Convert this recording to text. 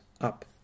up